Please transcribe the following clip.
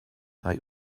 they